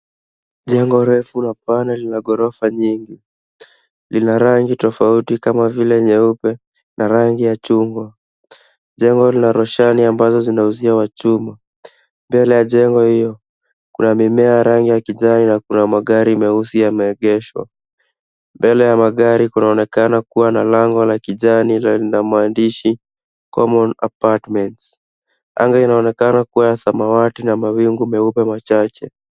Jengo refu la pana lina ghorofa nyingi. Lina rangi tofauti kama vile nyeupe, na rangi ya chungwa. Jengo la roshani ambazo zina uzio wa chuma. Mbele ya jengo hiyo, kuna mimea rangi ya kijani na kuna magari meusi yameegeshwa. Mbele ya magari kunaonekana kuwa na lango la kijani lenye maandishi, Common Apartments . Anga inaonekana kuwa ya samawati na mawingu meupe machache.